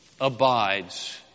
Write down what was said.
abides